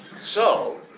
so,